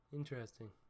interesting